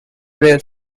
rail